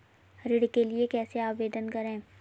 ऋण के लिए कैसे आवेदन करें?